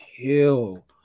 kill